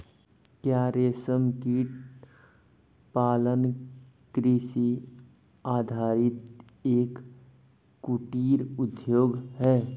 क्या रेशमकीट पालन कृषि आधारित एक कुटीर उद्योग है?